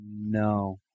No